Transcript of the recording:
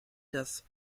das